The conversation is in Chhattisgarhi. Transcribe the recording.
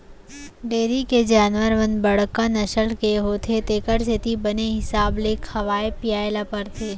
डेयरी के जानवर मन बड़का नसल के होथे तेकर सेती बने हिसाब ले खवाए पियाय ल परथे